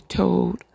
told